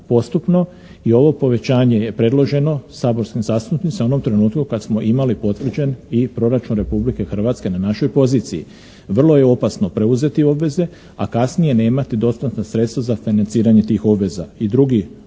postupno i ovo povećanje je predloženo saborskim zastupnicima u onom trenutku kad smo imali potvrđen i proračun Republike Hrvatske na našoj poziciji. Vrlo je opasno preuzeti obveze a kasnije nemati dostatna sredstva za financiranje tih obveza.